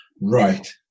right